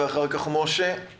ואחר כך משה בן לולו.